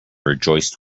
rejoiced